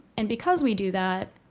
and because we do that,